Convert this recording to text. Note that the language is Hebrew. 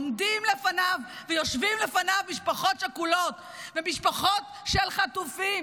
עומדות לפניו ויושבות לפניו משפחות שכולות ומשפחות של חטופים,